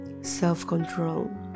self-control